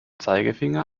zeigefinder